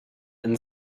and